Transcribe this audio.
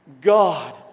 God